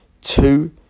Two